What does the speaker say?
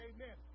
Amen